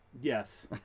Yes